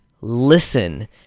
listen